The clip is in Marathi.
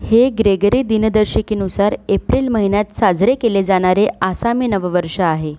हे ग्रेगरी दिनदर्शिकेनुसार एप्रिल महिन्यात साजरे केले जाणारे आसामी नववर्ष आहे